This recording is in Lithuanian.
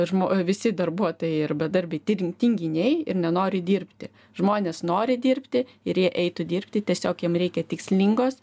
žmo visi darbuotojai ir bedarbiai tir tinginiai ir nenori dirbti žmonės nori dirbti ir jie eitų dirbti tiesiog jiem reikia tikslingos